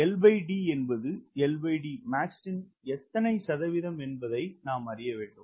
LD என்பது LDmax இன் எத்தனை சதவீதம் என்பதை நாம் அறிய வேண்டும்